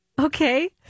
Okay